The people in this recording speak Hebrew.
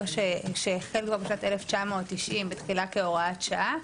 שהחל כבר בשנת 1990 בתחילה כהוראת שעה,